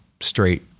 straight